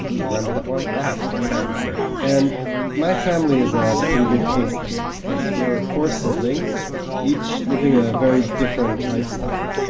you remember that one? yeah, of course i remember it. and my family is a pretty good case study. because we're four siblings each living a very different lifestyle.